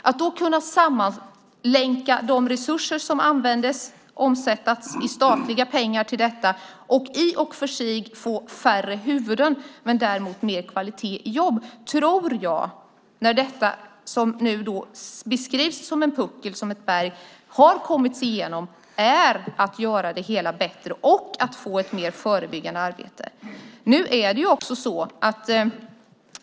Att sammanlänka de resurser som användes till detta, omsatta i statliga pengar, och visserligen få färre huvuden men mer kvalitet, tror jag är att göra det hela bättre när man har kommit igenom det som beskrivs som ett berg. Man får också ett mer förebyggande arbete.